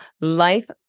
Life